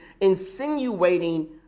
insinuating